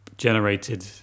generated